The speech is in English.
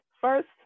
first